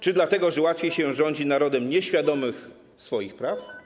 Czy dlatego, że łatwiej się rządzi narodem nieświadomym swoich praw?